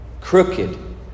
Crooked